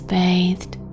bathed